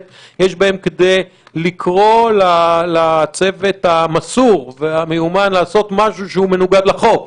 יש בהם כדי לקרוא לצוות המסור והמיומן לעשות משהו שמנוגד לחוק.